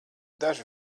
daži